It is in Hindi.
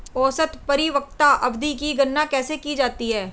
औसत परिपक्वता अवधि की गणना कैसे की जाती है?